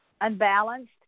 unbalanced